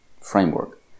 framework